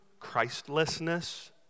Christlessness